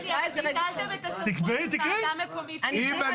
אם אני